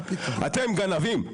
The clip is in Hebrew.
אתם גנבים.